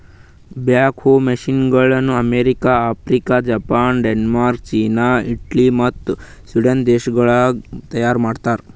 back ಹೋ ಮಷೀನಗೊಳ್ America, Africa, Japan, Denmark, China, Italy ಮತ್ತ ಸ್ವೀಡನ್ ದೇಶಗೊಳ್ದಾಗ್ ತೈಯಾರ್ ಮಾಡ್ತಾರ್